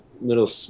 little